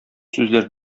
сүзләр